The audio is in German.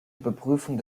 überprüfung